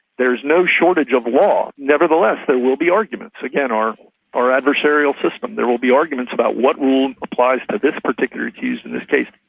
there's no shortage of law, nevertheless there will be arguments. again, our our adversarial system there will be arguments about what rule applies to this particular accused, in this case.